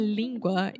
língua